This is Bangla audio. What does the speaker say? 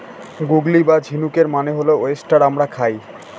গুগলি বা ঝিনুকের মানে হল ওয়েস্টার আমরা খাই